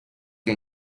que